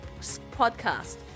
podcast